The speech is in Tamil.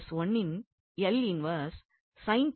இன் இன்வெர்ஸ் என்றாகும்